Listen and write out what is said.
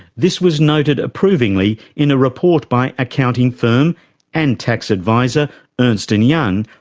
this was noted approvingly in a report by accounting firm and tax advisor ernst and young,